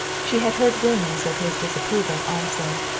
she had heard rumors of his disapproval also.